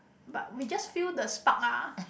but we just feel the spark ah